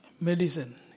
medicine